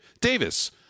Davis